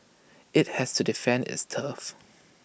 IT has to defend its turf